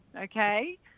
Okay